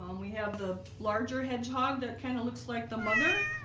um we have the larger hedgehog that kind of looks like the mother